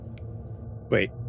Wait